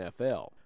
NFL